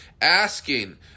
asking